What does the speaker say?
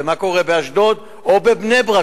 ומה קורה באשדוד או בבני-ברק,